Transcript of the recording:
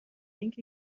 اینکه